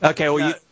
Okay